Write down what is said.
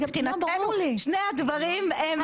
שמבחינתנו שני הדברים הם --- חד משמעית,